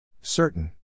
Certain